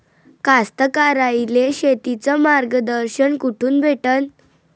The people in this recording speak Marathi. कास्तकाराइले शेतीचं मार्गदर्शन कुठून भेटन?